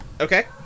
Okay